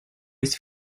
есть